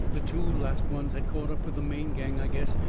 the two last ones had caught up with the main gang, i guess,